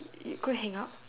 you go hang out